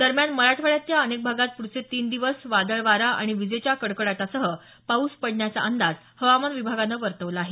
दरम्यान मराठवाड्याच्या अनेक भागात पुढचे तीन दिवस वादळ वारा आणि विजेच्या कडकडाटासह पाऊस पडण्याचा अंदाज हवामान विभागानं वर्तवला आहे